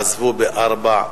עזבו ב-16:00,